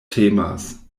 temas